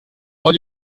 all